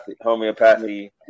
homeopathy